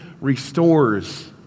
restores